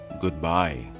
goodbye